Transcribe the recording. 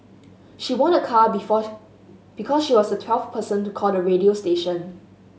she won a car before because she was the twelfth person to call the radio station